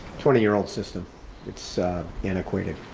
twenty year old system it's antiquated.